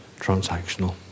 transactional